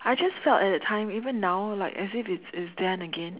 I just felt at that time even now like as if it's it's then again